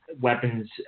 weapons